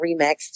remixed